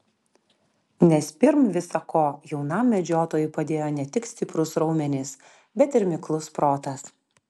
nes pirm visa ko jaunam medžiotojui padėjo ne tik stiprūs raumenys bet ir miklus protas